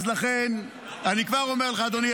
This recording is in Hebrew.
אתה לא